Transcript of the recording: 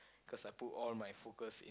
cause I put all my focus